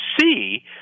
see